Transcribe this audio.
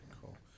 Cool